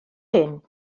hyn